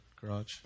garage